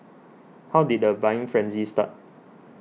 how did the buying frenzy start